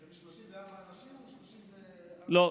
34 אנשים או 34, לא.